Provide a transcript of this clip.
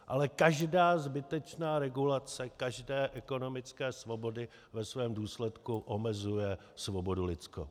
Ale každá zbytečná regulace každé ekonomické svobody ve svém důsledku omezuje svobodu lidskou.